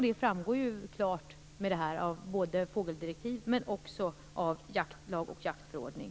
Det framgår ju klart av både fågeldirektivet och av jaktlag och jaktförordning.